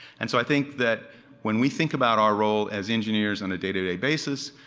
and so i think that when we think about our role as engineers on a day to day basis,